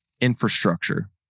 infrastructure